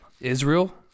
Israel